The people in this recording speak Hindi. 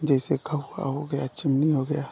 जैसे कौआ हो गया चुन्नी हो गया